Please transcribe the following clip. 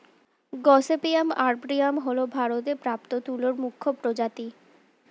gossypium arboreum হল ভারতে প্রাপ্ত তুলোর মুখ্য প্রজাতি